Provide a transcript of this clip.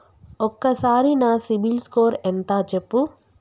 ఒక్కసారి నా CIBIL score ఎంత చెప్పు?